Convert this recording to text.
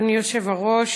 אדוני היושב-ראש,